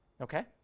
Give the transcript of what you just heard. okay